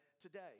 Today